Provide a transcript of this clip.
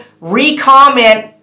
re-comment